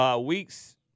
weeks